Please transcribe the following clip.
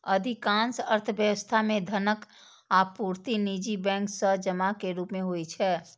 अधिकांश अर्थव्यवस्था मे धनक आपूर्ति निजी बैंक सं जमा के रूप मे होइ छै